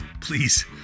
please